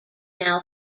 now